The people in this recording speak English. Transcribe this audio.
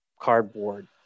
cardboard